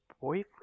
boyfriend